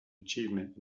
achievement